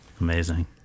Amazing